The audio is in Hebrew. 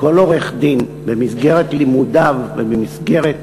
כל עורך-דין, במסגרת לימודיו ובמסגרת